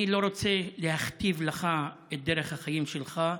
אני לא רוצה להכתיב לך את דרך החיים שלך.